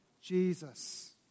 Jesus